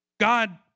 God